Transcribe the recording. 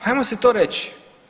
Hajmo si to reći.